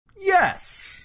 Yes